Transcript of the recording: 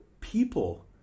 people